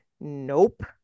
Nope